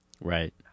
Right